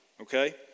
okay